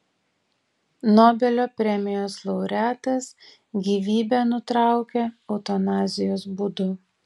nobelio premijos laureatas gyvybę nutraukė eutanazijos būdu